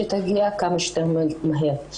שתגיע כמה שיותר מהר.